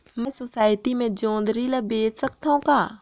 मैं सोसायटी मे जोंदरी ला बेच सकत हो का?